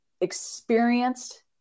experienced